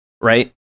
right